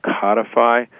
codify